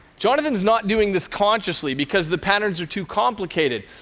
jonathan is not doing this consciously, because the patterns are too complicated,